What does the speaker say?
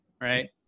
right